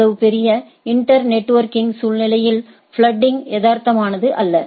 இவ்வளவு பெரிய internetworking சூழ்நிலையில் ஃபிலடிங் யதார்த்தமானது அல்ல